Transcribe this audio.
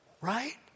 right